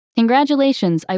Congratulations